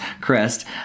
Crest